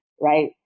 right